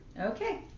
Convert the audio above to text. Okay